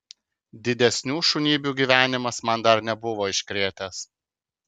didesnių šunybių gyvenimas man dar nebuvo iškrėtęs